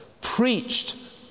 preached